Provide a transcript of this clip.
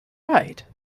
right